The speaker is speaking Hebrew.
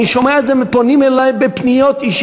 אני שומע את זה, דוורים פונים אלי בפניות אישיות.